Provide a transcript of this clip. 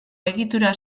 egitura